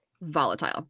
volatile